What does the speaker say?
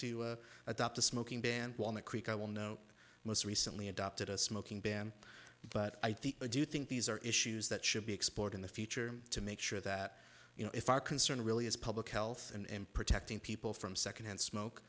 to adopt a smoking ban in the creek i will know most recently adopted a smoking ban but i do think these are issues that should be explored in the future to make sure that you know if our concern really is public health and protecting people from secondhand smoke